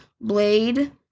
Blade